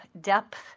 depth